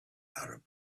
arab